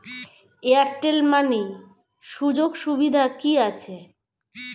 Airtel money সুযোগ সুবিধা কি আছে?